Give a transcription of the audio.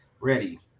ready